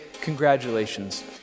congratulations